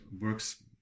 works